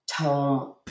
tome